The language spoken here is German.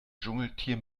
dschungeltier